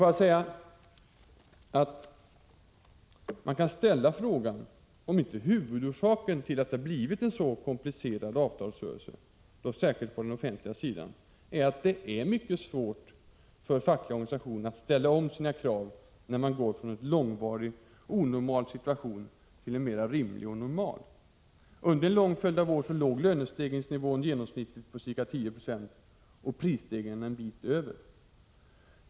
Man kan emellertid ställa frågan om inte en huvudorsak till att det har blivit en så komplicerad avtalsrörelse, särskilt på den offentliga sidan, är att det är mycket svårt för fackliga organisationer att ställa om sina krav från en långvarigt onormal situation till en mera rimlig och normal. Under en lång följd av år låg lönestegringsnivån genomsnittligt på 10 26 och prisstegringen en bit över.